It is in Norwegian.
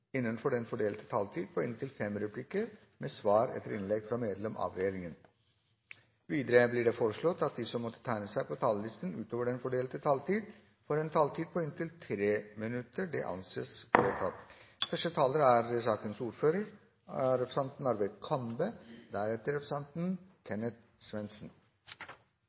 innenfor den fordelte taletid. Videre blir det foreslått at de som måtte tegne seg på talerlisten utover den fordelte taletid, får en taletid på inntil 3 minutter. – Det anses vedtatt. Dagens merverdiavgiftsregelverk er